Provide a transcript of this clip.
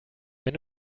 wenn